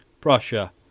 Prussia